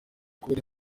kubera